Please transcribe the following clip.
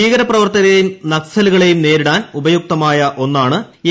ഭീകരപ്രവർത്തകരേയും നക്സലുകളേയും നേരിടാൻ ഉപയുക്തമായ ഒന്നാണ് എ